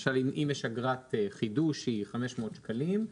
אם יש אגרת חידוש שהיא 500 שקלים,